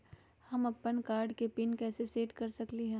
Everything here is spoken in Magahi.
हम अपन कार्ड के पिन कैसे सेट कर सकली ह?